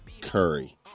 Curry